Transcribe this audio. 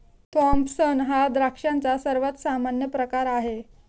Thompson हा द्राक्षांचा सर्वात सामान्य प्रकार आहे